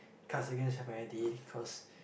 cards against Humanity cause